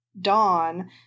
Dawn